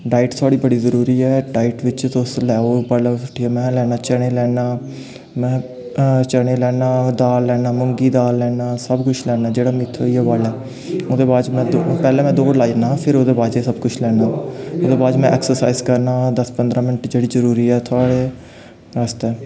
diet थोआढ़ी बड़ी जरूरी ऐ डाईट बिच्च तुस लैओ पैह्लें उट्ठियै में लैन्नां चने लैन्नां में चने लैन्नां होर दाल लैन्नां मुंगी दाल लैन्नां सब किश लैन्ना जेह्का मिगी थ्होऐ ओह्दे बाद च में दौड़ लाई औन्नां फिर ओह्दे बाद च में एह् सब किश लैन्ना ओह्दे बाद च में ऐक्सर्साइज़ करना दस पंदरा मैंट्ट जेह्ड़ी जरूरी ऐ थुआढ़े आस्तै